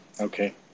okay